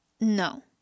no